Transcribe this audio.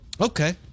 Okay